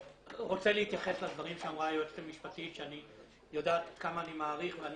אני רוצה להתייחס לדברים שאמרה היועצת המשפטית שיודעת כמה אני מעריך ואני